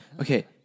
Okay